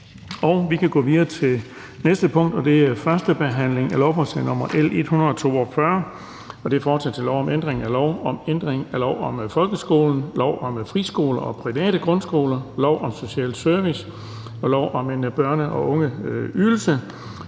vedtaget. --- Det sidste punkt på dagsordenen er: 5) 1. behandling af lovforslag nr. L 142: Forslag til lov om ændring af lov om ændring af lov om folkeskolen, lov om friskoler og private grundskoler m.v., lov om social service og lov om en børne- og ungeydelse.